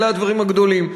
אלה הדברים הגדולים.